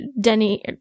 Denny –